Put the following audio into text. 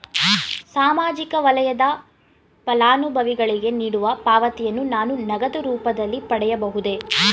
ಸಾಮಾಜಿಕ ವಲಯದ ಫಲಾನುಭವಿಗಳಿಗೆ ನೀಡುವ ಪಾವತಿಯನ್ನು ನಾನು ನಗದು ರೂಪದಲ್ಲಿ ಪಡೆಯಬಹುದೇ?